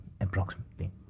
approximately